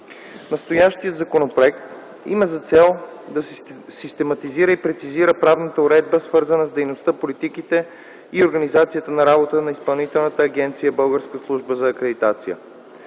Настоящият законопроект има за цел да систематизира и прецизира правната уредба, свързана с дейността, политиките и организацията на работа на Изпълнителната агенция